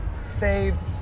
saved